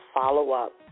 follow-up